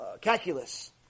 calculus